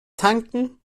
tanken